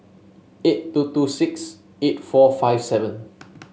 eight two two six eight four five seven